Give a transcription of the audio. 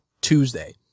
Tuesday